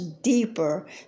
deeper